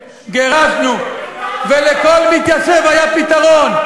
ולכל מתיישב היה פתרון.